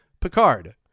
Picard